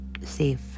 safe